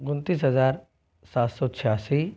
उनतीस हज़ार सात सौ छियासी